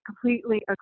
completely